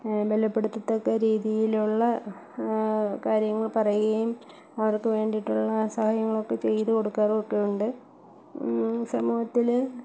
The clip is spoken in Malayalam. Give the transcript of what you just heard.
ബലപ്പെടുത്തത്തക്ക രീതിയിലുള്ള കാര്യങ്ങൾ പറയുകയും അവർക്ക് വേണ്ടിയിട്ടുള്ള സഹായങ്ങളൊക്കെ ചെയ്ത് കൊടുക്കാറുമൊക്കെ ഉണ്ട് സമൂഹത്തില്